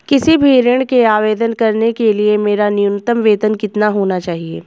किसी भी ऋण के आवेदन करने के लिए मेरा न्यूनतम वेतन कितना होना चाहिए?